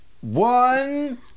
one